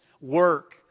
work